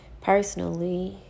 personally